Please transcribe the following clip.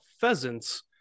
pheasants